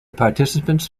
participants